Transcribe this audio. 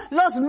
los